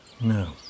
no